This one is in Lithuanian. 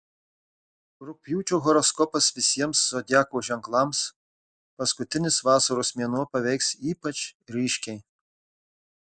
rugpjūčio horoskopas visiems zodiako ženklams paskutinis vasaros mėnuo paveiks ypač ryškiai